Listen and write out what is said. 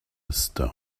stone